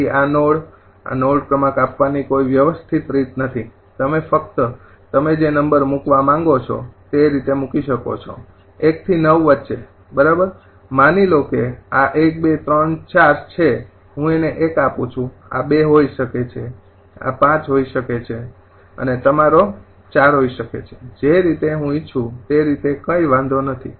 તેથી આ node node ક્રમાંક આપવાની કોઈ વ્યવસ્થિત રીત નથી તમે ફક્ત તમે જે નંબર મૂકવા માંગો છો તે રીતે મૂકી શકો છો ૧ થી ૯ ની વચ્ચે બરાબર માની લો કે આ ૧૨૩૪ છે હું તેને ૧ આપું છું આ ૨ હોઈ શકે છે આ ૫ હોઈ શકે છે અને આ તમારો ૪ હોઈ શકે છે જે રીતે હું ઇચ્છું છું તે રીતે કઈ વાંધો નથી